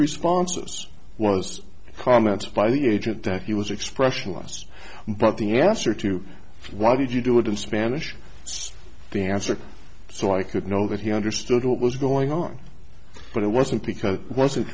responses was comments by the agent that he was expressionless but the answer to why did you do it i'm spanish the answer so i could know that he understood what was going on but it wasn't because i wasn't